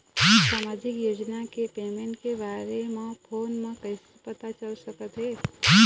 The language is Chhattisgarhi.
सामाजिक योजना के पेमेंट के बारे म फ़ोन म कइसे पता चल सकत हे?